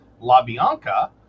LaBianca